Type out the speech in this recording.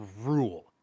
rule